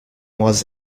was